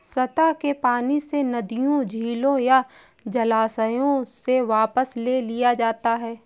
सतह के पानी से नदियों झीलों या जलाशयों से वापस ले लिया जाता है